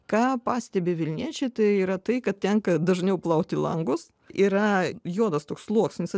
ką pastebi vilniečiai tai yra tai kad tenka dažniau plauti langus yra juodas toks sluoksnis